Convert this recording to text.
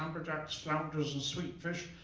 amberjacks, flounders, and sweetfish,